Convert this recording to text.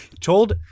told